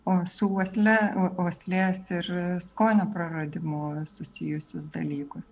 o su uosle uoslės ir skonio praradimu susijusius dalykus